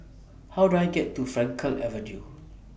How Do I get to Frankel Avenue